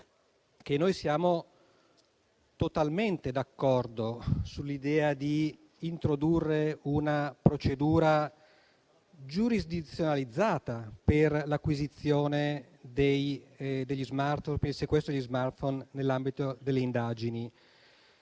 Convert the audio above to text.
noi siamo totalmente d'accordo sull'idea di introdurre una procedura giurisdizionalizzata per il sequestro degli *smartphone* nell'ambito delle indagini.